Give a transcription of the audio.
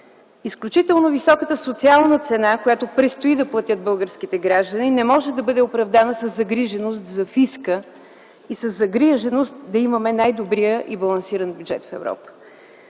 Изключително високата социална цена, която предстои да платят българските граждани, не може да бъде оправдана със загриженост за фиска и със загриженост да имаме най-добрия и балансиран бюджет в Европа.